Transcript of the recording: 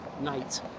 night